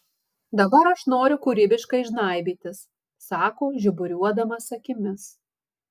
dabar aš noriu kūrybiškai žnaibytis sako žiburiuodamas akimis